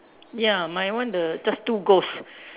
ya my one the just two ghost